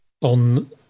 on